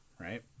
right